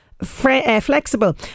flexible